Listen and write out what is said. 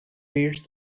reads